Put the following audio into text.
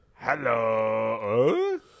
Hello